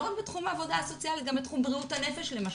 לא רק בתחום העבודה הסוציאלית אלא גם בתחום בריאות הנפש למשל,